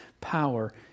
power